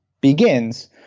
begins